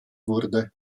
wurde